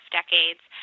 decades